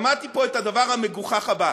שמעתי פה את הדבר המגוחך הבא: